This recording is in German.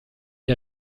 der